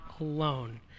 alone